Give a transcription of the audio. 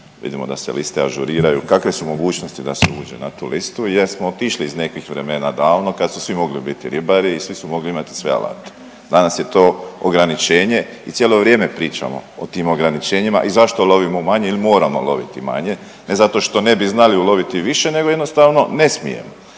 Vidimo da se liste ažuriraju. Kakve su mogućnosti da se uđe na tu listu jer smo otišli iz nekih vremena davno kad su svi mogli biti ribari i svi su mogli imati sve alate. Danas je to ograničenje i cijelo vrijeme pričamo o tim ograničenjima i zašto lovimo ili moramo loviti manje. Ne zato što ne bi znali uloviti više nego jednostavno ne smijemo.